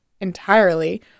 entirely